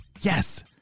Yes